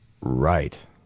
Right